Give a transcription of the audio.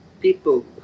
people